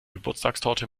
geburtstagstorte